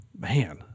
man